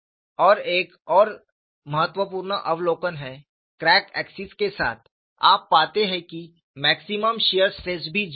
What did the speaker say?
और एक और महत्वपूर्ण अवलोकन है क्रैक एक्सिस के साथ आप पाते हैं कि मैक्सिमम शियर स्ट्रेस भी 0 है